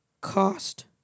cost